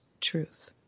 truth